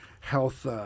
health